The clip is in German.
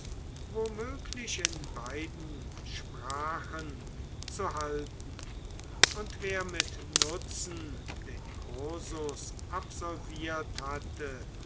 womöglich in beiden sprachen zu halten und wer mit nutzen den kursus absolviert hatte